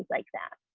like that.